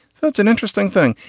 that's an interesting thing.